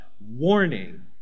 Warning